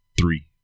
three